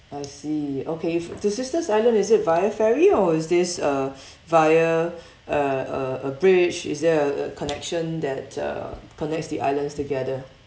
I see okay the sister's island is it via ferry or is this uh via uh a a bridge is there a a connection that uh connects the islands together